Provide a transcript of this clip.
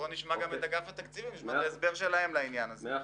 נשמע את אגף התקציבים ואת ההסבר שלהם לעניין זה.